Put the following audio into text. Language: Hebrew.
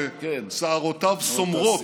ששערותיו סומרות,